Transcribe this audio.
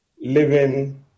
living